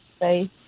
say